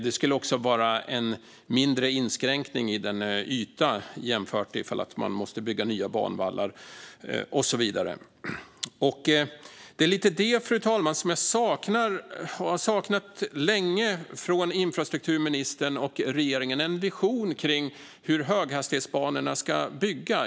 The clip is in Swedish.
Det skulle också kräva mindre yta än att bygga nya banvallar och så vidare. Fru talman! Jag har länge saknat en vision hos infrastrukturministern och regeringen för hur höghastighetsbanorna ska byggas.